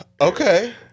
Okay